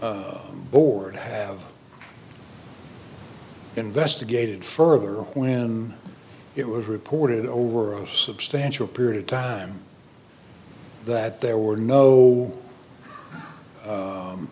the board have investigated further when it was reported over the substantial period of time that there were no u